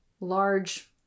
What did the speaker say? large